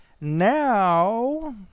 Now